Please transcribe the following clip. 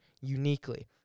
uniquely